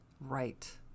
Right